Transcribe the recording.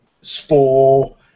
spore